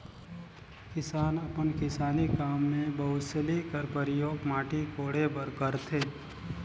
किसान अपन किसानी काम मे बउसली कर परियोग माटी कोड़े बर करथे